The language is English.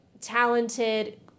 talented